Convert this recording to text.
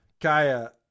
kaya